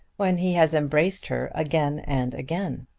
when he has embraced her again and again?